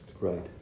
right